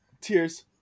Tears